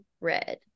Red